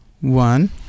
one